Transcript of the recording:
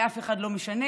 ולאף אחד לא משנה,